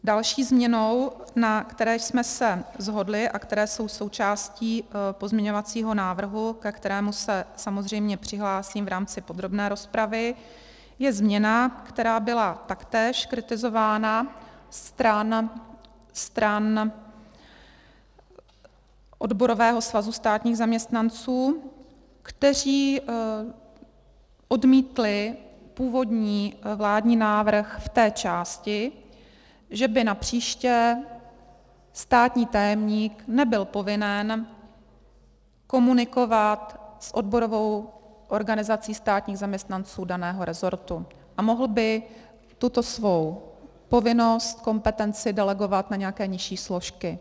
Další změnou, na které jsme se shodli a která je součástí pozměňovacího návrhu, ke kterému se samozřejmě přihlásím v rámci podrobné rozpravy, je změna, která byla taktéž kritizována stran odborového svazu státních zaměstnanců, kteří odmítli původní vládní návrh v té části, že by napříště státní tajemník nebyl povinen komunikovat s odborovou organizací státních zaměstnanců daného resortu a mohl by tuto svou povinnost, kompetenci delegovat na nějaké nižší složky.